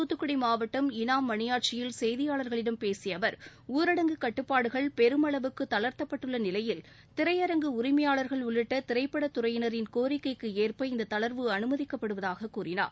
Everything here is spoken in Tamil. தூத்துக்குடி மாவட்டம் இனாம்மனியாச்சியில் செய்தியாளர்களிடம் பேசிய அவர் ஊரடங்கு கட்டுப்பாடுகள் பெருமளவுக்கு தளர்த்தப்பட்டுள்ள நிலையில் திரையரங்கு உரிமையாளர்கள் உள்ளிட்ட திரைப்பட துறையினரின் கோரிக்கைக்கு ஏற்ப இந்த தளர்வு அமைதிக்கப்படுவதாக கூறினார்